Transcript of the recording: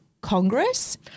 Congress